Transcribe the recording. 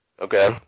Okay